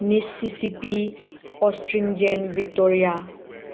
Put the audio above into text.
miss C C P astringent victoria